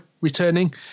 returning